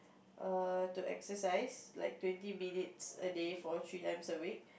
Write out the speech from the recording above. err to exercise like twenty minutes a day for three times a week